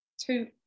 two